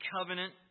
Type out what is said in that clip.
covenant